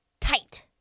tight